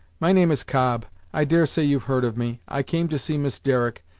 my name is cobb i daresay you've heard of me. i came to see miss derrick,